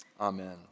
amen